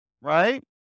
right